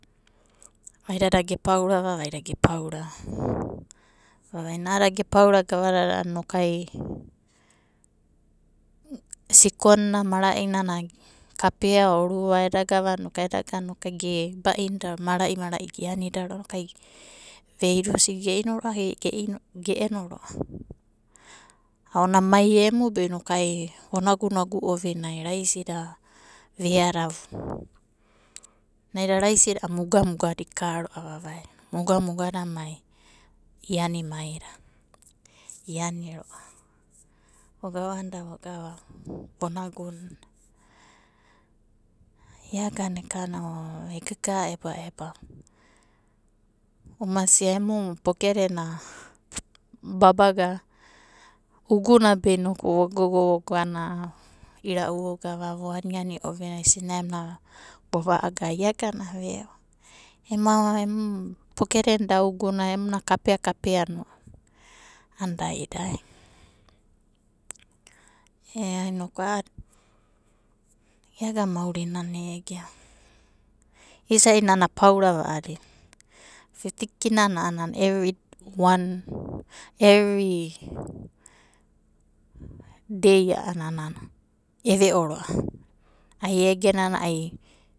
Vaida dage paorava, vaida ge paorava. Noku ai, sikon na marai nana kapea o rua eda gavana inoku eda gana ge ba'inda marai marai ge ania roava, noku ai vai nosidi ge inu roava, ge eno roava. Aona mai emu br vonagunagu ovinai, veada. Naida raisi da mugamugada ika roava mugamuga da mai, ianimai. Ian ero va, vogavanda, vogava, vonagunda. Ia ganda vegaga ebaeba. Oma sia emu pokete na babaga. Ugunabe inoku vogogo vegana irau vogava vo ani ovina. Sinaem na vova'aga veo. Ema, em pokete na uguna kapea kapea no, anana da idai. Ea inoku iagana maonna ege. Isai nana'a paora paora a'adina. Fifti kina na anana evri wan, evri dai anana eveo roava, ae egenana.